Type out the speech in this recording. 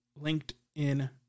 LinkedIn